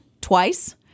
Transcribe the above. twice